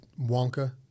Wonka